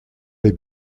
les